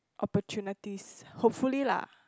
opportunities hopefully lah